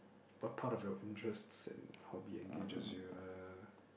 but part of your interests and hobby engages you uh